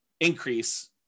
increase